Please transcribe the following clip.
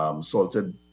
Salted